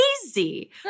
crazy